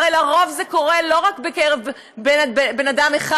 הרי לרוב זה קורה לא רק לבן אדם אחד,